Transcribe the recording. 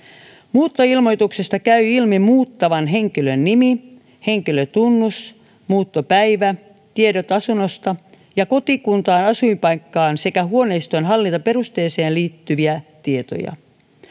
muuttoilmoituksesta käy ilmi muuttavan henkilön nimi henkilötunnus muuttopäivä tiedot asunnosta ja kotikuntaan asuinpaikkaan sekä huoneiston hallintaperusteeseen liittyviä tietoja